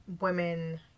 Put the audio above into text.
women